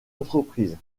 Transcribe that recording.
entreprise